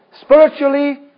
spiritually